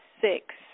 six